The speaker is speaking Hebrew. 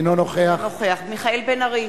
אינו נוכח מיכאל בן-ארי,